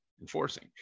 enforcing